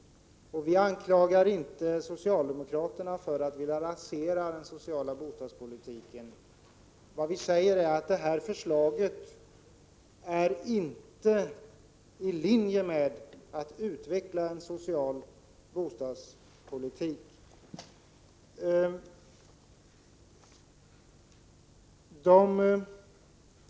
Vi anklagar inte heller socialdemokraterna för att vilja rasera den. Vi säger att förslaget inte är i linje med utvecklandet av en social bostadspolitik.